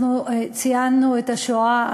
את השואה.